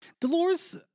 Dolores